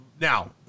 now